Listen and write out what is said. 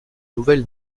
nouvelle